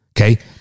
Okay